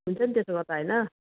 हुन्छ नि त्यसो गर्दा होइन